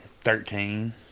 Thirteen